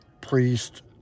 priest